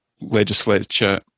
legislature